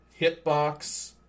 Hitbox